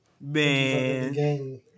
man